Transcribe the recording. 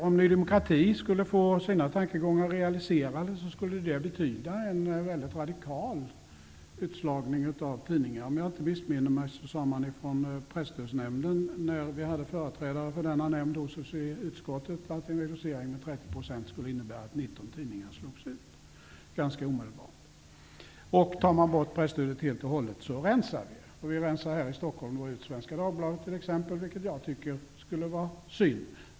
Om Ny demokrati skulle få sina tankegångar realiserade skulle det betyda en mycket radikal utslagning av tidningar. Om jag inte missminner mig sade Presstödsnämnden, när vi hade företrädare för denna nämnd hos oss i utskottet, att en reducering med 30 % skulle innebära att 19 tidningar slogs ut ganska omedelbart. Tar vi bort presstödet helt och hållet så rensar vi. Här i Stockholm rensar vi t.ex. ut Svenska Dagbladet, vilket jag tycker skulle vara synd.